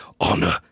honor